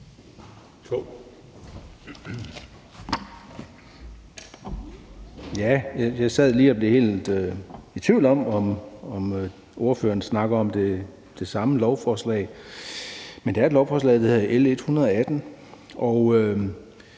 Jeg sad lige og blev helt i tvivl om, om ordføreren snakkede om det samme lovforslag, som er til forhandling. Men det er et lovforslag, der hedder L 118,